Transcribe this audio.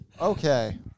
Okay